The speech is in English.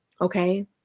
okay